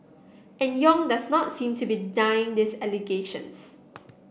and Yong does not seem to be denying these allegations